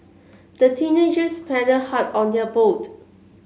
the teenagers paddled hard on their boat